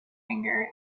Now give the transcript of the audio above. finger